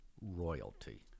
royalty